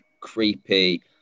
creepy